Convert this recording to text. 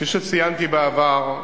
כפי שציינתי בעבר,